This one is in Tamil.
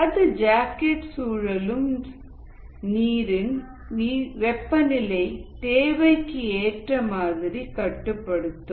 அது ஜாக்கெட்டில் சுழலும் நீரின் வெப்பநிலையை தேவைக்கு ஏற்ற மாதிரி கட்டுப்படுத்தும்